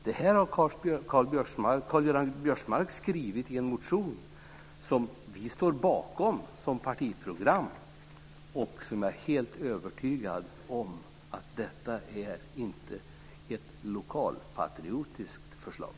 Det här har Karl-Göran Biörsmark skrivit i en motion som vi ställer oss bakom som partiprogram, och jag är övertygad om att detta inte är ett lokalpatriotiskt förslag.